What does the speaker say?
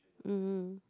mm